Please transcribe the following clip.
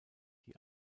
die